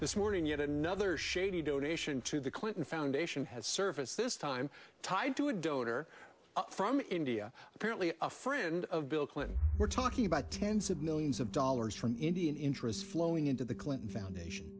this morning yet another shady donation to the clinton foundation has surfaced this time tied to a donor from india apparently a friend of bill clinton we're talking about tens of millions of dollars from indian interests flowing into the clinton foundation